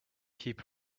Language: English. keep